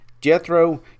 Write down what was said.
jethro